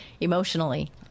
emotionally